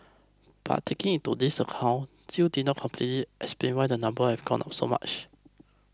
but taking this into account still did not completely explain why number have gone up so much